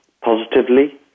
positively